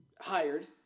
hired